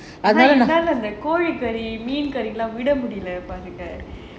என்னால கோழி:ennala kozhi curry மீன்:meen curry எல்லாம் விட முடில:ellaam vida mudila